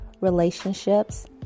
relationships